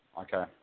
Okay